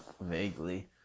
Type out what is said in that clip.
Vaguely